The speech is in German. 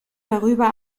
darüber